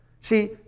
See